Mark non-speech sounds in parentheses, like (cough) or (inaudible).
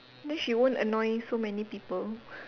then she won't annoy so many people (breath)